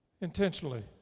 intentionally